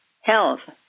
health